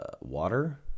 water